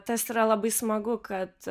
tas yra labai smagu kad